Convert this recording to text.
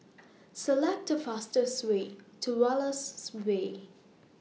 Select The fastest Way to Wallace Way